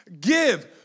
give